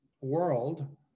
world